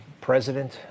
president